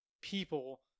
people